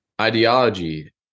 ideology